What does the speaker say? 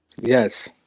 Yes